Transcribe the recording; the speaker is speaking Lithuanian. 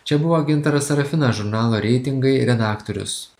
čia buvo gintaras sarafinas žurnalo reitingai redaktorius